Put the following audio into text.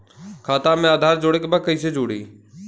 खाता में आधार जोड़े के बा कैसे जुड़ी?